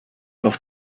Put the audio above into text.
auf